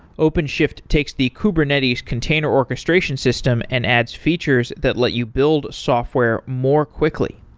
openshift takes the kubernetes container orchestration system and adds features that let you build software more quickly.